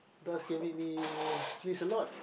dust can make me sneeze a lot